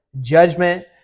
judgment